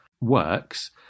works